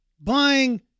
buying